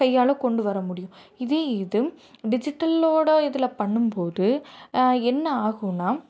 கையால் கொண்டு வர முடியும் இதே இதுவும் டிஜிட்டல்லோட இதில் பண்ணும்போது என்ன ஆகும்னா